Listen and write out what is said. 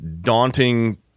daunting